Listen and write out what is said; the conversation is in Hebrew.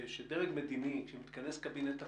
כשדרג מדיני, שמתכנס קבינט הקורונה,